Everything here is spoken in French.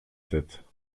tête